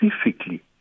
specifically